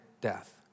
death